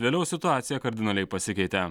vėliau situacija kardinaliai pasikeitė